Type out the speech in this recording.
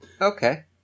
Okay